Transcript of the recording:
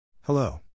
Hello